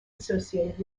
associated